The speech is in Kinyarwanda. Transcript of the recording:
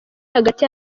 hagati